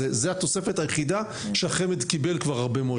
זאת התוספת היחידה שהחמ"ד קיבל כבר הרבה מאוד שנים.